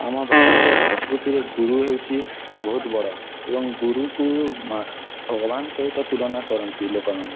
ଆମ ଭାରତୀୟ ସଂସ୍କୃତିରେ ଗୁରୁ ହେଉଛି ବହୁତ ବଡ଼ ଏବଂ ଗୁରୁକୁ ଭଗବାନ ସହିତ ତୁଲନା କରନ୍ତି ଲୋକମାନେ